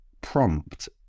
prompt